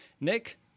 Nick